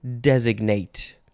designate